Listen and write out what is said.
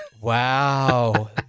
Wow